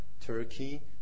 Turkey